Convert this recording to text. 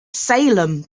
salem